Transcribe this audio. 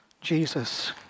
Jesus